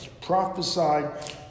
prophesied